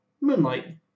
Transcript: Moonlight